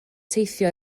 teithio